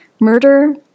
Murder